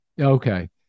okay